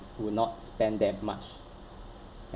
would not spend that much